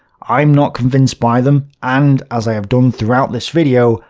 i'm not convinced by them, and, as i have done throughout this video,